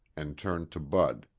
and turned to bud.